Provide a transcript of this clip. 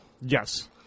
Yes